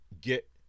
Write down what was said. get